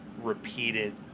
repeated